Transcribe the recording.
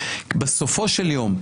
בסופו של יום,